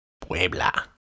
Puebla